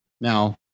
Now